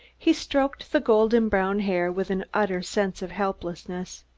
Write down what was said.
he stroked the golden-brown hair with an utter sense of helplessness.